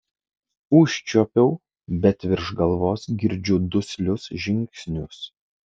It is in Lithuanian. užčiuopčiau bet virš galvos girdžiu duslius žingsnius